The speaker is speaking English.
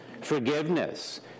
forgiveness